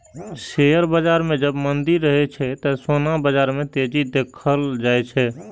share बाजार मे जब मंदी रहै छै, ते सोना बाजार मे तेजी देखल जाए छै